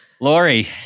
Lori